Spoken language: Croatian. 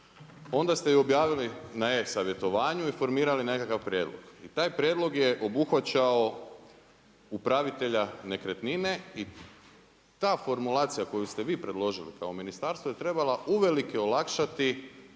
onda ste ju objavili na e-savjetovanju i formirali nekakav prijedlog. I taj prijedlog je obuhvaćao upravitelja nekretnine i ta formulacija koju ste vi predložili kao ministarstvo je trebala uvelike olakšati